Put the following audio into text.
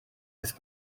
beth